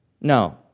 No